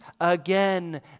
again